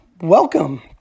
welcome